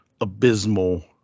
abysmal